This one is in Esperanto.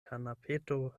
kanapeto